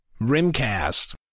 RimCast